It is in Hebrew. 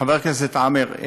חבר הכנסת עמאר,